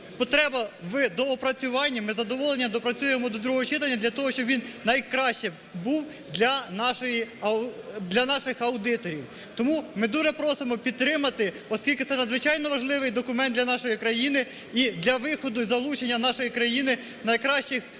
потреба в доопрацюванні, ми з задоволенням доопрацюємо до другого читання для того, щоб він найкращим був для наших аудиторів. Тому ми дуже просимо підтримати, оскільки це надзвичайно важливий документ для нашої країни і для виходу, і залучення до нашої країни найкращих кредитних